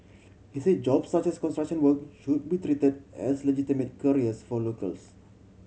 he said jobs such as construction work should be treated as legitimate careers for locals